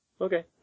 Okay